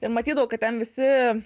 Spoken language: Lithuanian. ir matydavau kad ten visi